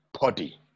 body